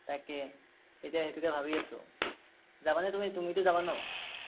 তাকে এতিয়া সেইটোকে ভাবি আছোঁ যাবানে তুমি তুমিতো যাবা ন